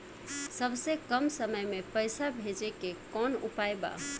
सबसे कम समय मे पैसा भेजे के कौन उपाय बा?